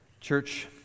Church